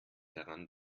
daran